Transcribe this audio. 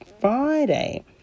Friday